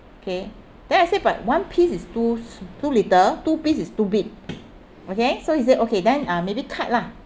okay then I say but one piece is too too little two piece is too big okay so he said okay then uh maybe cut lah